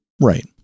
Right